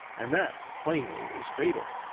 and that, plainly, is fatal.